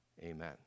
Amen